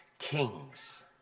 kings